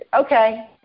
Okay